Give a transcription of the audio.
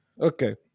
okay